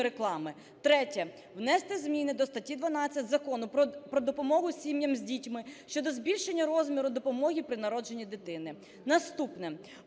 реклами. Третє. Внести зміни до статті 12 Закону про допомогу сім'ям з дітьми щодо збільшення розміру допомоги при народженні дитини. Наступне.